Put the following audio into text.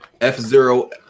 F-Zero